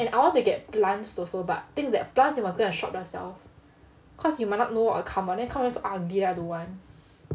and I want to get plants also lah but thing is that plants you must go and shop yourself cause you might not know what will come out later then come out so ugly I don't want